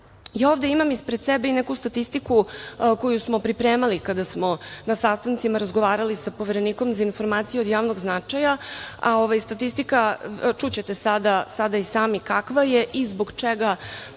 imam ispred sebe i neku statistiku koju smo pripremali kada smo na sastancima razgovarali sa Poverenikom za informacije od javnog značaja, čućete sada i sami kakva je i zbog čega